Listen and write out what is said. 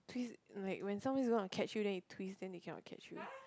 twist when somebody's gonna catch you and then you twist then they cannot catch you